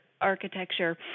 architecture